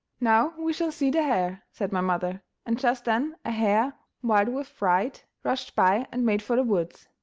now we shall see the hare, said my mother and just then a hare, wild with fright, rushed by and made for the woods.